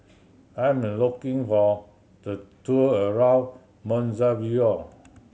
I am looking for the tour around Mozambique